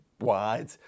wide